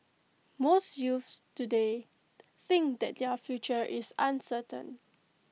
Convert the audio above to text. most youths today think that their future is uncertain